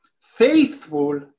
faithful